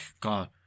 God